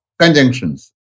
conjunctions